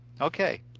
Okay